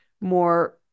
more